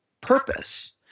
purpose